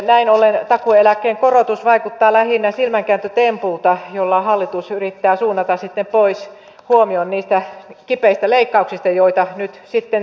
näin ollen takuueläkkeen korotus vaikuttaa lähinnä silmänkääntötempulta jolla hallitus yrittää suunnata huomion pois niistä kipeistä leikkauksista joita nyt sitten tehdään